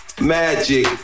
magic